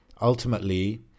ultimately